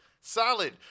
Solid